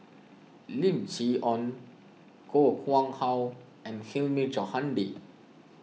Lim Chee Onn Koh Nguang How and Hilmi Johandi